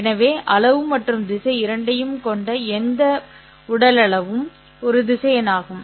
எனவே அளவு மற்றும் திசை இரண்டையும் கொண்ட எந்த உடல் அளவும் ஒரு திசையன் ஆகும்